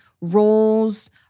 roles